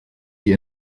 die